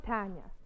Tanya